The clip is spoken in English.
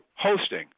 hosting